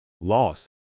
loss